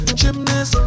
gymnast